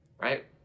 right